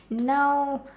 now